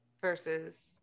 versus